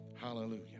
Hallelujah